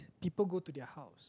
people go to their house